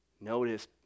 Notice